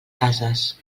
cases